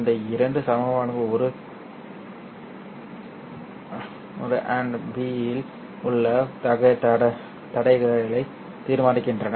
இந்த இரண்டு சமன்பாடுகளும் ஒரு b இல் உள்ள தடைகளை தீர்மானிக்கின்றன